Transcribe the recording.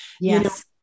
Yes